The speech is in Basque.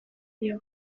dio